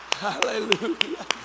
Hallelujah